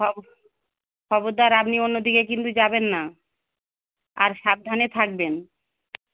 খবর খবরদার আপনি অন্য দিকে কিন্তু যাবেন না আর সাবধানে থাকবেন